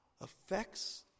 affects